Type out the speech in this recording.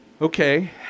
okay